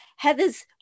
Heather's